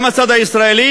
גם הצד הישראלי,